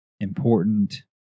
important